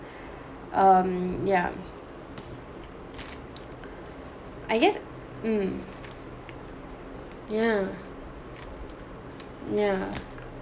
um ya I guess mm ya ya